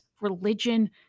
religion